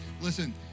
Listen